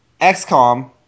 XCOM